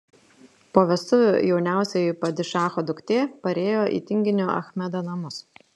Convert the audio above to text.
po vestuvių jauniausioji padišacho duktė parėjo į tinginio achmedo namus